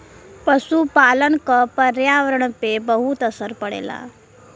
पसुपालन क पर्यावरण पे बहुत असर पड़ेला